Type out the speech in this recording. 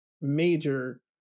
major